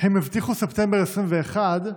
הם הבטיחו את ספטמבר 2021,